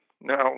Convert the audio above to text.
Now